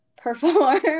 perform